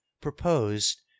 proposed